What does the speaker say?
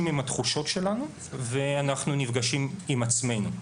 עם התחושות שלנו ואנחנו נפגשים עם עצמנו.